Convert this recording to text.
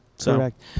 Correct